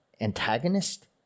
antagonist